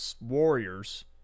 warriors—